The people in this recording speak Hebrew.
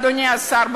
אדוני השר,